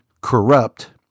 corrupt